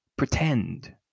Pretend